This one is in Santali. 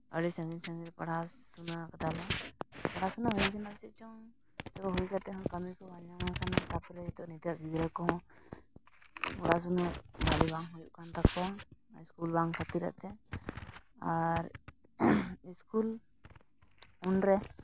ᱟᱹᱰᱤ ᱥᱟᱺᱜᱤᱧ ᱥᱟᱺᱜᱤᱧ ᱯᱟᱲᱦᱟᱣ ᱥᱮᱲᱟᱣ ᱠᱟᱫᱟᱞᱮ ᱯᱚᱲᱟᱥᱩᱱᱟ ᱦᱩᱭ ᱠᱟᱱᱟ ᱟᱨ ᱪᱮᱫ ᱪᱚᱝ ᱦᱤᱛᱚᱜ ᱦᱩᱭ ᱠᱟᱛᱮᱫ ᱦᱚᱸ ᱠᱟᱹᱢᱤ ᱠᱚ ᱵᱟᱝ ᱧᱟᱢ ᱠᱟᱱᱟ ᱛᱟᱨᱯᱚᱨᱮ ᱱᱤᱛᱚᱜ ᱜᱤᱫᱽᱨᱟᱹ ᱠᱚᱦᱚᱸ ᱯᱚᱲᱟᱥᱩᱱᱟ ᱵᱷᱟᱹᱜᱤ ᱵᱟᱝ ᱦᱩᱭᱩᱜ ᱠᱟᱱ ᱛᱟᱠᱚᱣᱟ ᱥᱠᱩᱞ ᱵᱟᱝ ᱠᱷᱟᱹᱛᱤᱨ ᱟᱜ ᱛᱮ ᱟᱨ ᱥᱠᱩᱞ ᱩᱱᱨᱮ